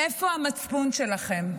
איפה המצפון שלכם?